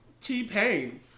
T-Pain